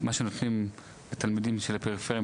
שנותנים לתלמידים של הפריפריה,